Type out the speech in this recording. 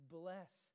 bless